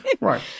Right